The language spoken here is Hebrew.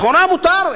לכאורה מותר.